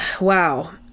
Wow